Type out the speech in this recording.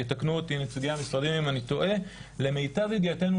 יתקנו אותי נציגי המשרדים אם אני טועה למיטב ידיעתנו,